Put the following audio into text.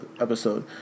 episode